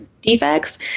defects